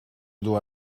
dois